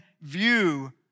view